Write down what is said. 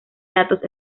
datos